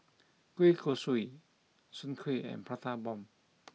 Kueh Kosui Soon Kueh and Prata Bomb